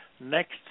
next